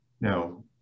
Now